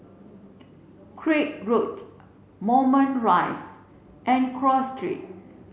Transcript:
Craig Road Moulmein Rise and Cross Street